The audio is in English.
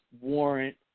Warrant